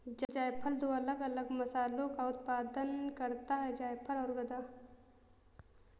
जायफल दो अलग अलग मसालों का उत्पादन करता है जायफल और गदा